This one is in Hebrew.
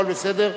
הכול בסדר.